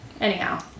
Anyhow